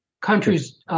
countries